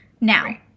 Now